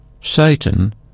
Satan